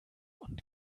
und